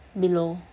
below